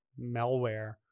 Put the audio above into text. malware